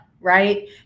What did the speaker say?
right